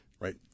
right